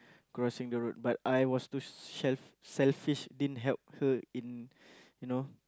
crossing the road but I was too shell~ selfish didn't help her in you know